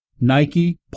Nike